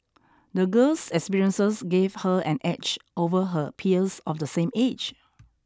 the girl's experiences gave her an edge over her peers of the same age